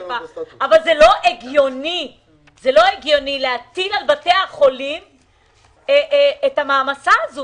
אבל לא הגיוני להטיל על בתי החולים את המעמסה הזאת.